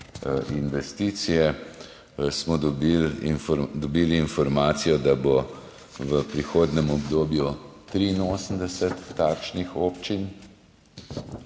investicije, smo dobili informacijo, da bo v prihodnjem obdobju 83 takšnih občin.